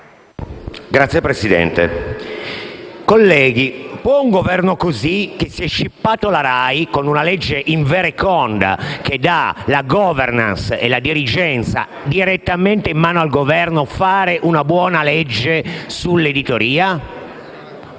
onorevoli colleghi, può un Governo così, che si è scippato la RAI con una legge invereconda, che dà la *governance* e la dirigenza direttamente in mano al Governo, fare una buona legge sull'editoria?